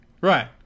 Right